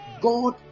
God